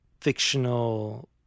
fictional